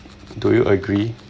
do you agree